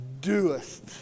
doest